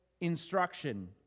instruction